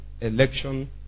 election